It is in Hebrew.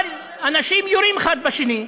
אבל אנשים יורים אחד בשני,